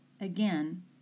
Again